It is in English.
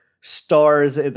stars